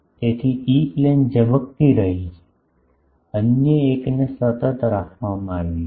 તેથી E plane ઝબકતી રહી છે અન્ય એકને સતત રાખવામાં આવ્યું છે